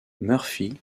murphy